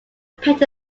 patent